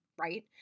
Right